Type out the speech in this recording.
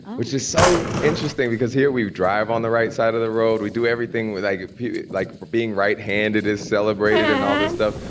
which is so interesting because here we drive on the right side of the road. we do everything with i like being right handed is celebrated and all this stuff,